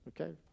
okay